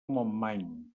montmany